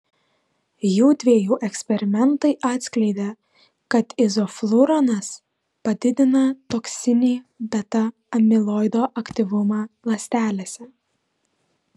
jųdviejų eksperimentai atskleidė kad izofluranas padidina toksinį beta amiloido aktyvumą ląstelėse